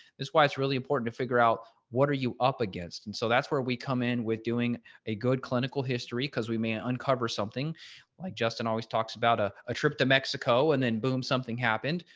that's why it's really important to figure out what are you against. and so that's where we come in with doing a good clinical history because we may ah uncover something like justin always talks about ah a trip to mexico and then boom, something happened,